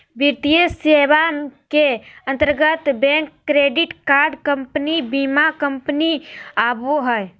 वित्तीय सेवा के अंतर्गत बैंक, क्रेडिट कार्ड कम्पनी, बीमा कम्पनी आवो हय